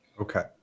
Okay